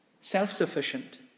self-sufficient